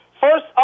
First